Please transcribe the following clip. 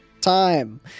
time